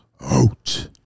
out